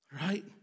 right